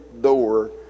door